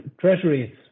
treasuries